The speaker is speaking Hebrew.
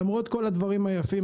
למרות כל הדברים היפים,